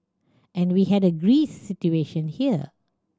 and we had a Greece situation here